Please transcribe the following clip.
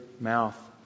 mouth